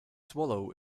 swallow